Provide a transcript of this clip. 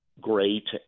great